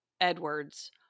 Edwards